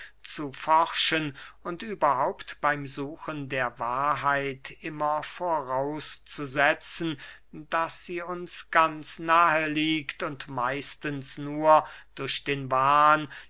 zu forschen und überhaupt beym suchen der wahrheit immer vorauszusetzen daß sie uns ganz nahe liege und meistens nur durch den wahn